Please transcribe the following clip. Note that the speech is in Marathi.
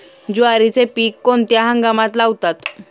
ज्वारीचे पीक कोणत्या हंगामात लावतात?